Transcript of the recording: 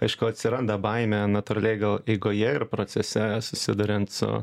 iš ko atsiranda baimė natūraliai gal eigoje ir procese susiduriant su